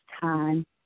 time